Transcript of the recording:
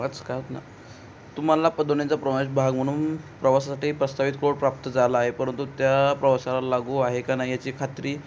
कसं का नाही तुम्हाला पदोन्यांचा प्रवास भाग म्हणून प्रवासासाठी प्रस्तावित कोड प्राप्त झाला आहे परंतु त्या प्रवासाला लागू आहे का नाही याची खात्री